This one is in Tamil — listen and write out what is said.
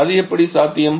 அது எப்படி சாத்தியம்